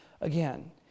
again